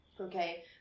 Okay